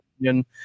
opinion